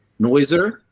noiser